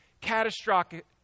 catastrophic